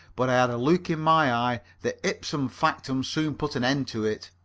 but i had a look in my eye that ipsum factum soon put an end to it.